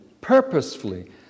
purposefully